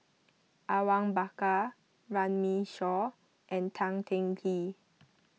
Awang Bakar Runme Shaw and Tan Teng Kee